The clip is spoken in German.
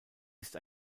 ist